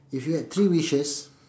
if you had three wishes